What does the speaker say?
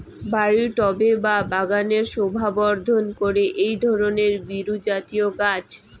বাড়ির টবে বা বাগানের শোভাবর্ধন করে এই ধরণের বিরুৎজাতীয় গাছ